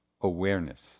awareness